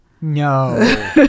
No